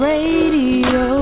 Radio